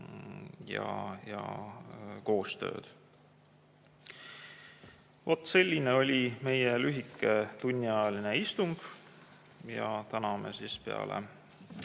ja koostööd. Vot selline oli meie lühike tunniajaline istung. Täna me peale